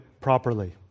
properly